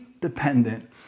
dependent